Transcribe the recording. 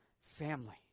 family